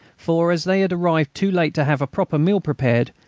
for, as they had arrived too late to have a proper meal prepared,